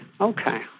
okay